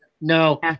no